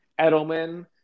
Edelman